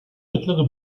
mittlere